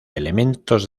elementos